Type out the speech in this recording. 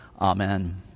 Amen